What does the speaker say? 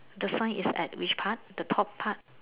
the sign is at which part the top part